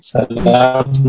Salam